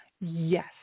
Yes